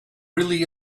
really